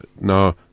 no